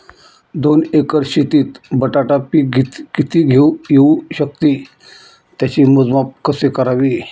दोन एकर शेतीत बटाटा पीक किती येवू शकते? त्याचे मोजमाप कसे करावे?